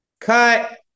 cut